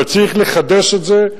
אבל צריך לחדש את זה,